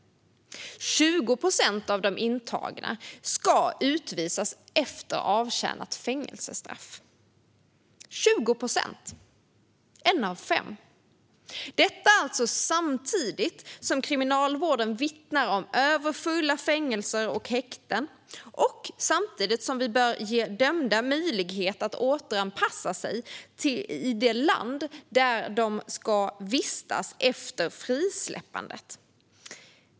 20 procent av de intagna ska utvisas efter avtjänat fängelsestraff - 20 procent! Det är en av fem, och detta samtidigt som man inom kriminalvården vittnar om överfulla fängelser och häkten och samtidigt som vi bör ge dömda möjlighet att återanpassa sig till det land där de ska vistas efter frisläppandet.